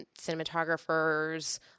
cinematographers